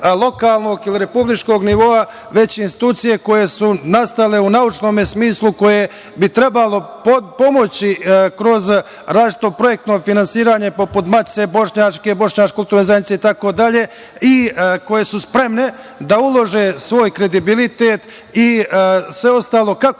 ili republičkog nivoa, već institucije koje su nastale u naučnom smislu, koje bi trebalo pomoći kroz različito projektno finansiranje poput Matice bošnjačke, bošnjačke kulturne zajednice itd, a koje su spremne da ulože svoj kredibilitet i sve ostalo kako